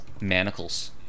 Manacles